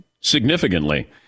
significantly